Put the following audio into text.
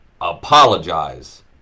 apologize